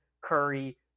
Curry